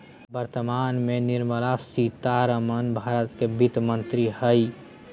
वर्तमान में निर्मला सीतारमण भारत के वित्त मंत्री हइ